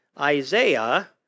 Isaiah